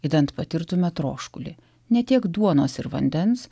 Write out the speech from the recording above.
idant patirtumėme troškulį ne tiek duonos ir vandens